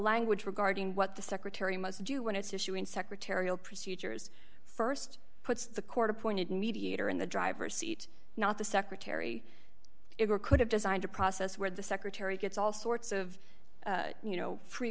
language regarding what the secretary must do when it's issuing secretarial procedures st puts the court appointed mediator in the driver's seat not the secretary it could have designed a process where the secretary gets all sorts of you know free